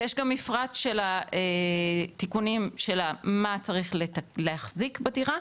ויש גם מפרט של התיקונים של המה צריך להחזיק בדירה,